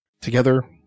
together